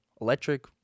electric